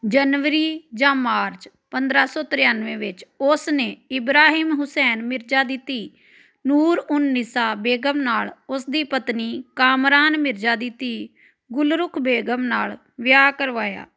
ਜਨਵਰੀ ਜਾਂ ਮਾਰਚ ਪੰਦਰਾਂ ਸੌ ਤਰਾਨਵੇਂ ਵਿੱਚ ਉਸ ਨੇ ਇਬਰਾਹਿਮ ਹੁਸੈਨ ਮਿਰਜ਼ਾ ਦੀ ਧੀ ਨੂਰ ਉਨ ਨਿਸਾ ਬੇਗਮ ਨਾਲ ਉਸਦੀ ਪਤਨੀ ਕਾਮਰਾਨ ਮਿਰਜ਼ਾ ਦੀ ਧੀ ਗੁਲਰੁਖ ਬੇਗਮ ਨਾਲ ਵਿਆਹ ਕਰਵਾਇਆ